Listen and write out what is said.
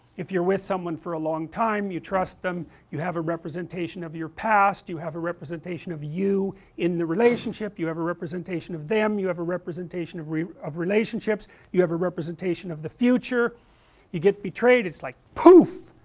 if you are with someone for a long time, you trust them you have a representation of your past, you have a representation of you in the relationship you have a representation of them, you have a representation of of relationships you have a representation of the future you get betrayed, it's like, poof,